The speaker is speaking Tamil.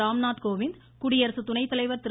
ராம்நாத் கோவிந்த் குடியரசுத்துணைத்தலைவர் திரு